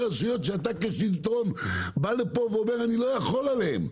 הרשויות שאתה כשלטון בא לפה ואומר 'אני לא יכול עליהם',